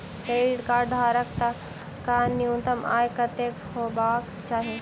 Credit card धारक कऽ न्यूनतम आय कत्तेक हेबाक चाहि?